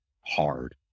hard